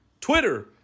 Twitter